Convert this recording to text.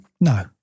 no